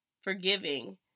forgiving